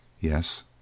Yes